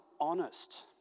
honest